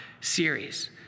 series